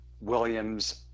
Williams